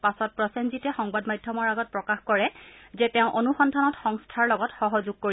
পাছত প্ৰসেনজিতে সংবাদ মাধ্যমৰ আগত প্ৰকাশ কৰে যে তেওঁ অনুসন্ধানত সংস্থাৰ লগত সহযোগ কৰিব